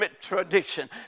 tradition